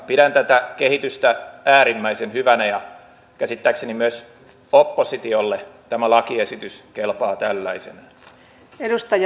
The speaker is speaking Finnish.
pidän tätä kehitystä äärimmäisen hyvänä ja käsittääkseni myös oppositiolle tämä lakiesitys kelpaa tällaisenaan